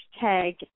tag